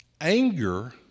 Anger